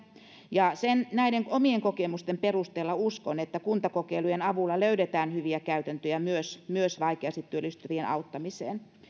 näiden omien kokemusteni perusteella uskon että kuntakokeilujen avulla löydetään hyviä käytäntöjä myös myös vaikeasti työllistyvien auttamiseen